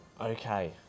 Okay